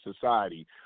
society